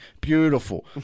Beautiful